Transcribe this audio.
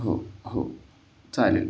हो हो चालेल